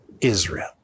Israel